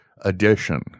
edition